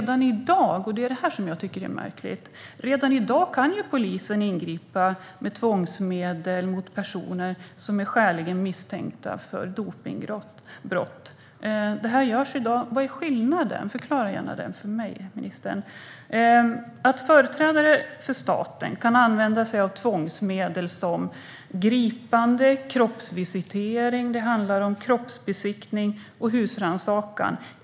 Det jag tycker är märkligt är att polisen redan i dag kan ingripa med tvångsmedel mot personer som är skäligen misstänkta för dopningsbrott. Det görs i dag. Vad skulle skillnaden bli? Statsrådet får gärna förklara det för mig. Företrädare för staten kan använda sig av tvångsmedel som gripande, kroppsvisitering, kroppsbesiktning och husrannsakan.